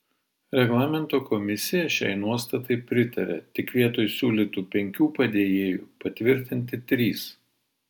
reglamento komisija šiai nuostatai pritarė tik vietoj siūlytų penkių padėjėjų patvirtinti trys